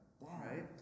right